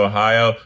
Ohio